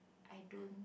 I don't